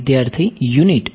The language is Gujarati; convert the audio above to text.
વિદ્યાર્થી યુનિટ